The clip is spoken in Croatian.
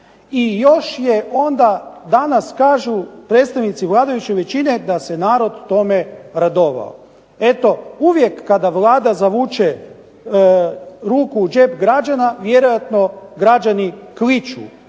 I još je onda danas kažu predstavnici vladajuće većine da se narod tome radovao. Eto, uvijek kada Vlada zavuče ruku u džep građana vjerojatno građani kliču.